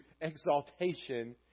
exaltation